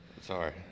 Sorry